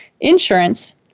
insurance